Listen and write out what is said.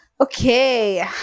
Okay